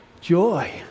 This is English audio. joy